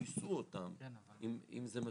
שיישאו אותם, אם זה מה